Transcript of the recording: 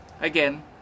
Again